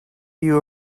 you